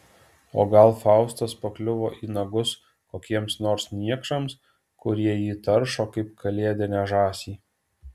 o gal faustas pakliuvo į nagus kokiems nors niekšams kurie jį taršo kaip kalėdinę žąsį